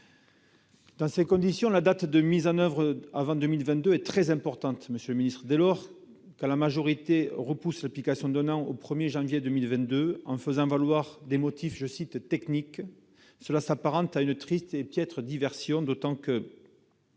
Dans ces conditions, la mise en oeuvre de cette mesure avant 2022 est très importante, monsieur le secrétaire d'État. Dès lors, quand la majorité repousse l'application d'un an, au 1 janvier 2022, en faisant valoir des « motifs techniques », cela s'apparente à une triste et piètre diversion, d'autant que